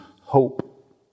hope